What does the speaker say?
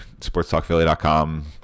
sportstalkphilly.com